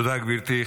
תודה, גברתי.